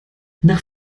nach